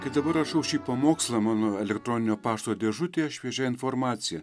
kai dabar rašau šį pamokslą mano elektroninio pašto dėžutėje šviežia informacija